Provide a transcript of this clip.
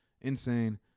Insane